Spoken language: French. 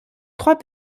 trois